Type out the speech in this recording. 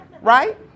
right